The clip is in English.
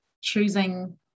choosing